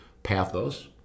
pathos